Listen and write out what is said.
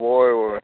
हय हय